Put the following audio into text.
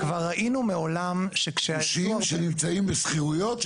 כבר ראינו מעולם --- ביקושים שנמצאים בשכירויות,